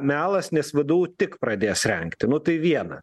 melas nes vdu tik pradės rengti nu tai viena